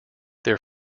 their